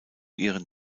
ihren